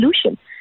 solution